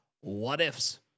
what-ifs